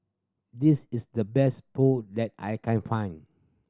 this is the best Pho that I can find